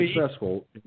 successful